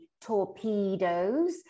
torpedoes